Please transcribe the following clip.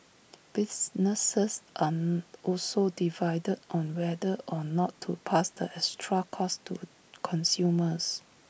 businesses are also divided on whether or not to pass the extra costs to consumers